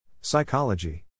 Psychology